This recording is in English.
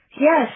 Yes